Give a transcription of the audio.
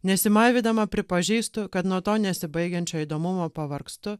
nesimaivydama pripažįstu kad nuo to nesibaigiančio įdomumo pavargstu